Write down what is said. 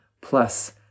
plus